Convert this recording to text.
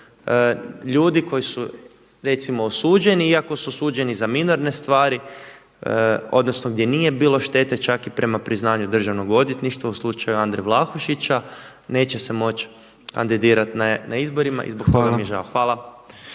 ljudi koji su recimo osuđeni iako su suđeni za minorne stvari odnosno gdje nije bilo štete čak i prema priznanju državnog odvjetništva u slučaju Andre Vlahušića neće se moći kandidirati na izborima i